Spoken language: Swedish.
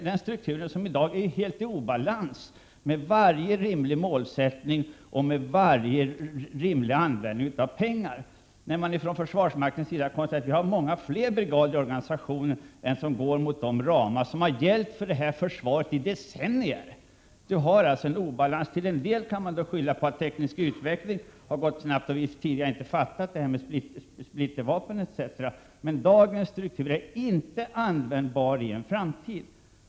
Den struktur som vi har i dag är helt i obalans med varje rimlig målsättning och med varje rimlig användning av pengarna. Från försvarsmaktens sida har det äntligen konstaterats att det finns många fler brigader än som kan rymmas inom de ramar som gällt för försvaret i decennier. Till en del kan man skylla på att den tekniska utvecklingen har varit snabb och att man tidigare inte greppat det här med splittervapen etc. Men dagens struktur är absolut inte tillämpbar i en framtid.